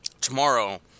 tomorrow